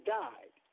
died